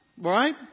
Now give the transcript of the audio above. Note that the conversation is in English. Right